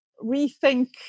rethink